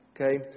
Okay